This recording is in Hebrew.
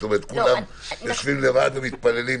כולם יושבים לבד ומתפללים.